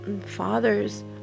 fathers